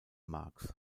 marx